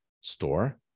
store